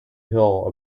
hill